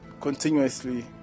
continuously